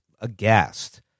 aghast